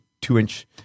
two-inch